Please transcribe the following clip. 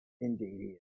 Indeed